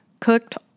cooked